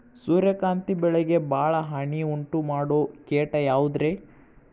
ಸೂರ್ಯಕಾಂತಿ ಬೆಳೆಗೆ ಭಾಳ ಹಾನಿ ಉಂಟು ಮಾಡೋ ಕೇಟ ಯಾವುದ್ರೇ?